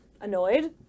Annoyed